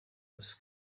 ruswa